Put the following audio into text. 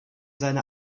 seine